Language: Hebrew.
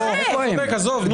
אני עובד בשביל הציבור שלי,